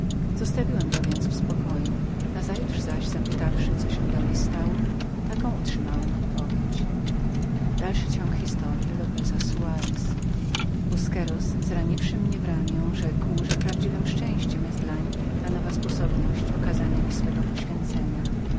zostawiłem go więc w spokoju nazajutrz zaś zapytawszy co się dalej stało taką otrzymałem odpowiedź busqueros zraniwszy mnie w ramie rzekł że z prawdziwem szczęściem chwyta tę nową sposobność okazania mi swego poświęcenia